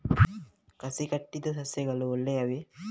ಕಸಿ ಕಟ್ಟಿದ ಸಸ್ಯಗಳು ಒಳ್ಳೆಯವೇ?